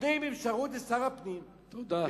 נותנים אפשרות לשר הפנים, תודה.